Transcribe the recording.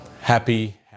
happy